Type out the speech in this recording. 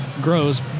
grows